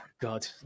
God